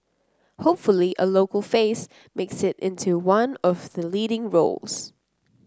hopefully a local face makes it into one of the leading roles